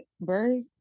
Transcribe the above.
Bird